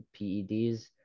PEDs